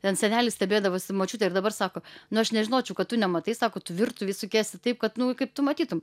ten senelis stebėdavosi močiutė ir dabar sako nu aš nežinočiau kad tu nematai sako tu virtuvėj sukiesi taip kad nu kaip tu matytum